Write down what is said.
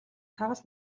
хагас